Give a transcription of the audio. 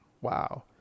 wow